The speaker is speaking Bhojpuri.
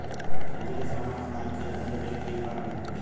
खेती के समान के ऑनलाइन खरीदारी कइल ठीक बा का?